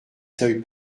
seuils